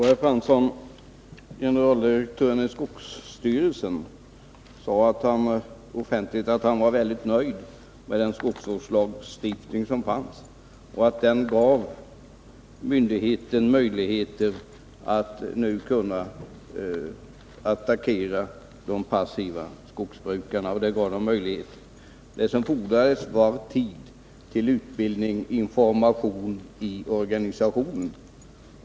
Herr talman! Generaldirektören i skogsstyrelsen sade offentligt att han var väldigt nöjd med den skogsvårdslagstiftning som fanns och menade att den gav myndigheter möjlighet att attackera de passiva skogsbrukarna. Det som fordras är utbildning och information inom organisationen.